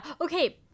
okay